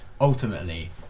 ultimately